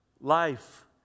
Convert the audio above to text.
Life